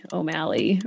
O'Malley